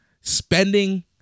spending